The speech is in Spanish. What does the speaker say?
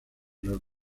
los